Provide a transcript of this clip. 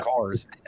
cars